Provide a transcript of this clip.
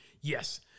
Yes